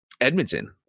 Edmonton